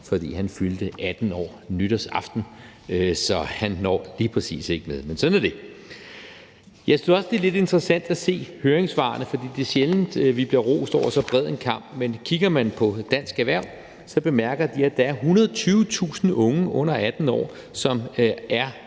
for han fyldte 18 år nytårsaften, så han når lige præcis ikke med. Men sådan er det. Jeg synes også, det er lidt interessant at se høringssvarene, for det er sjældent, at vi bliver rost over så bred en kam, men kigger man på Dansk Erhverv, bemærker de, at der er 120.000 unge under 18 år, som er